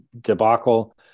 debacle